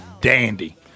dandy